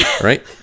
Right